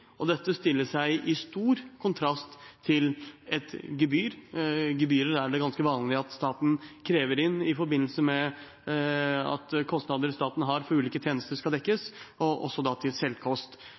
regjering. Dette står i stor kontrast til et gebyr. Gebyrer er det ganske vanlig at staten krever inn i forbindelse med at kostnader staten har for ulike tjenester, skal